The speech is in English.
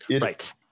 Right